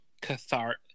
cathartic